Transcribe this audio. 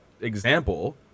example